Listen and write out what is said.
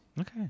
Okay